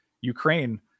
ukraine